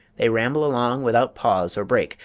they ramble along without pause or break.